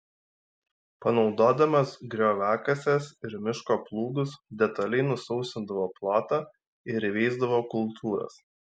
panaudodamas grioviakases ir miško plūgus detaliai nusausindavo plotą ir įveisdavo kultūras